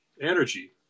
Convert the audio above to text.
energy